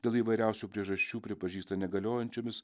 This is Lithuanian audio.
dėl įvairiausių priežasčių pripažįsta negaliojančiomis